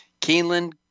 keeneland